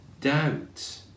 doubt